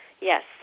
yes